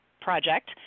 project